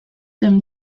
them